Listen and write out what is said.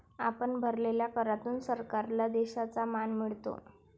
आपण भरलेल्या करातून सरकारला देशाचा मान मिळतो